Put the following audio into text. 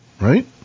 right